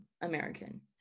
american